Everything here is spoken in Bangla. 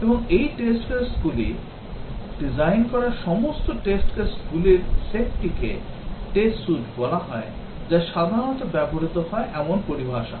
এবং এই test case গুলি ডিজাইন করা সমস্ত test case গুলির সেটটিকে test suite বলা হয় যা সাধারণত ব্যবহৃত হয় এমন পরিভাষা